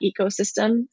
ecosystem